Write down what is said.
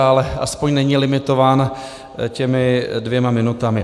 Ale aspoň není limitován těmi dvěma minutami.